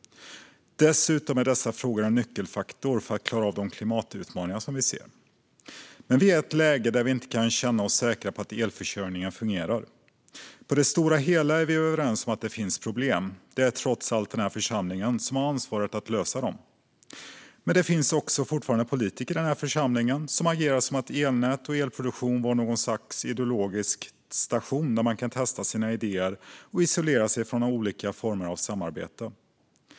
Dessutom är dessa frågor en nyckelfaktor för att klara av de klimatutmaningar vi ser. Men vi är i ett läge där vi inte kan känna oss säkra på att elförsörjningen fungerar. På det stora hela är vi överens om att det finns problem, och det är trots allt den här församlingen som har ansvaret för att lösa dem. Men det finns fortfarande politiker också i den här församlingen som agerar som om elnät och elproduktion är något slags ideologisk station där man kan testa sina idéer och isolera sig från olika former av samarbete.